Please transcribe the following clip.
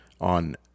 on